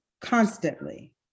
constantly